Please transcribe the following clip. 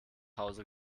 hause